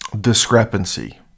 discrepancy